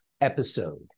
episode